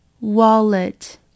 wallet